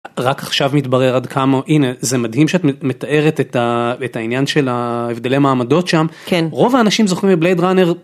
רק עכשיו מתברר עד כמה הנה זה מדהים שאת מתארת את העניין של ההבדלי מעמדות שם כן רוב האנשים זוכרים מבלייד ראנר.